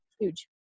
huge